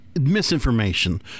misinformation